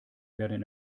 werden